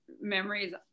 memories